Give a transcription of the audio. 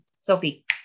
Sophie